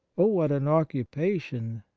oh, what an occupation!